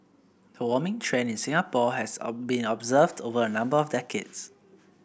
the warming trend in Singapore has of been observed over a number of decades